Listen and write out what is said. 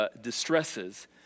distresses